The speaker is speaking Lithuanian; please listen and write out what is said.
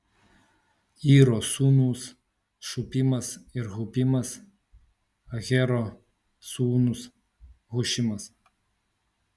iro sūnūs šupimas ir hupimas ahero sūnus hušimas